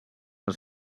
els